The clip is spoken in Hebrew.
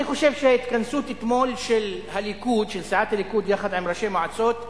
אני חושב שההתכנסות אתמול של סיעת הליכוד יחד עם ראשי המועצות,